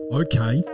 okay